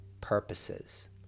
purposes